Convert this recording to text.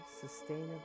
sustainable